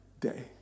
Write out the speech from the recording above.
day